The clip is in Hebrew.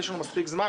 יש לנו מספיק זמן,